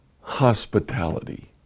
hospitality